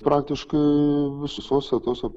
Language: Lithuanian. praktiškai visose tose